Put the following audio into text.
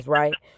right